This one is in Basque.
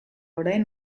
orain